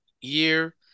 year